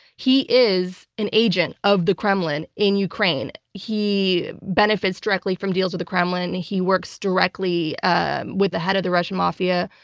he is an agent of the kremlin in ukraine. he benefits directly from deals with the kremlin. he works directly ah with the head of the russian mafia,